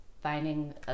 finding